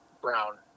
Brown